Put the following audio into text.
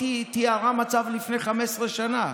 היא תיארה מצב מלפני 15 שנה.